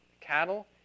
cattle